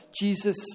Jesus